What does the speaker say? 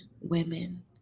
women